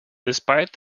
despite